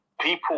people